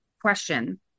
question